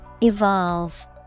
Evolve